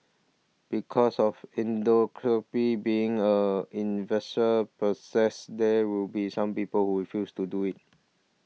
because of indoor copy being a possess there will be some people who refuse to do it